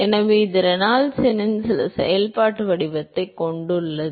எனவே இது ரெனால்ட்ஸ் எண்ணின் சில செயல்பாட்டு வடிவத்தைக் கொண்டுள்ளது